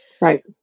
Right